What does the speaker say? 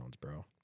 bro